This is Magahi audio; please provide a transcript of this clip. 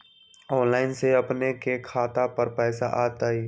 ऑनलाइन से अपने के खाता पर पैसा आ तई?